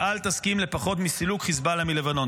-- ואל תסכים לפחות מסילוק חיזבאללה מלבנון.